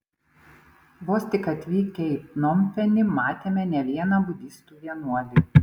vos tik atvykę į pnompenį matėme ne vieną budistų vienuolį